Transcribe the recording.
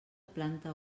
planta